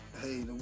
hey